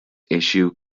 issue